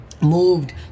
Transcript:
Moved